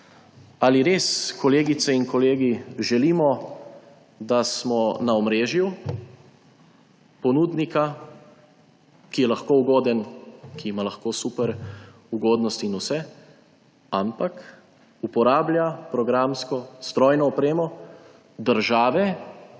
Ali res, kolegice in kolegi, želimo, da smo na omrežju ponudnika, ki je lahko ugoden, ki ima lahko super ugodnosti in vse, ampak uporablja programsko strojno opremo države,